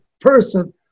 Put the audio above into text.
person